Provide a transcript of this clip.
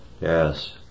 Yes